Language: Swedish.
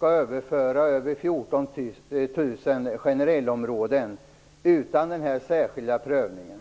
överför 14 000 generellområden utan någon särskild prövning.